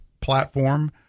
platform